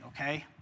okay